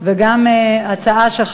הצעות לסדר-היום מס' 125, 161 ו-162.